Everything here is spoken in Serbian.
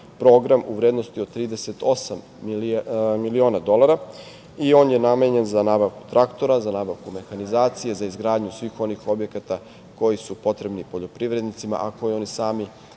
program u vrednosti od 38 miliona dolara i on je namenjen za nabavku traktora, za nabavku mehanizacije za izgradnju svih onih objekata koji su potrebni poljoprivrednicima, a koju oni sami